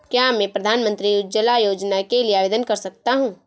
क्या मैं प्रधानमंत्री उज्ज्वला योजना के लिए आवेदन कर सकता हूँ?